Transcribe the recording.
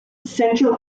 central